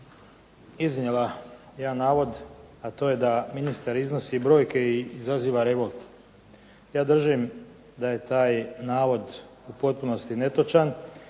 iznijela jedan navod, a to je da ministar iznosi brojke i izaziva revolt. Ja držim da je taj navod u potpunosti netočan